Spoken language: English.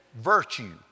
virtue